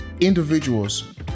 individuals